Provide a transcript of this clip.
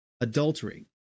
adultery